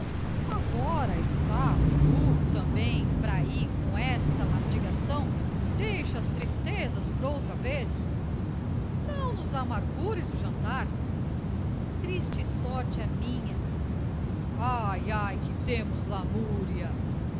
agora estás tu também praí com essa mastigação deixa as tristezas proutra vez não nos amargures o jantar triste sorte a minha ai ai que temos lamúria